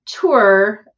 tour